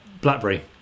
blackberry